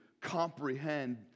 comprehend